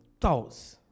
thoughts